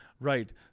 right